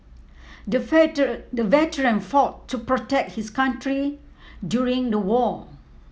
the veteran fought to protect his country during the war